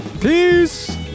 Peace